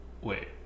wait